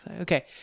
Okay